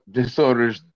disorders